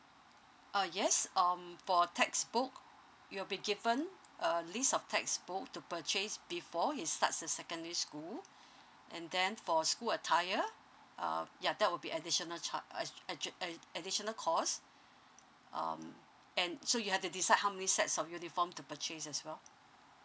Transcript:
uh yes um for a textbook you'll be given a list of textbook to purchase before he starts the secondary school and then for school attire uh ya that will be additional char~ uh uh ja~ uh additional cost um and so you have to decide how many sets of uniform to purchase as well